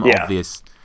obvious